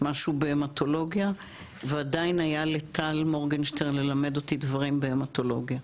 משהו בהמטולוגיה ועדיין היה לטל מורגנשטיין ללמד אותי דברים בהמטולוגיה.